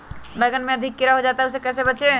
बैंगन में अधिक कीड़ा हो जाता हैं इससे कैसे बचे?